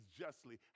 justly